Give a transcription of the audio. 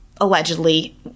allegedly